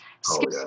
skip